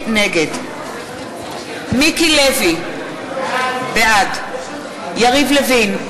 נגד מיקי לוי, בעד יריב לוין,